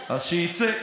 אז שיצא.